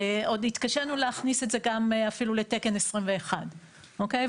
עוד התקשנו להכניס את זה גם אפילו לתקן 21. אוקיי?